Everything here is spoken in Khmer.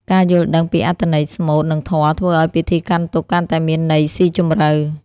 ការយល់ដឹងពីអត្ថន័យស្មូត និងធម៌ ធ្វើឱ្យពិធីកាន់ទុក្ខកាន់តែមានន័យស៊ីជម្រៅ។